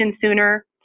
sooner